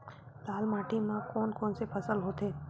लाल माटी म कोन कौन से फसल होथे?